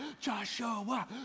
Joshua